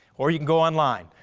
or you can go online.